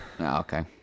okay